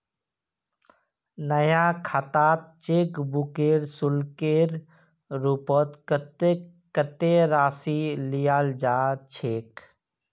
नया खातात cheque book शुल्केर रूपत कत्ते राशि लियाल जा छेक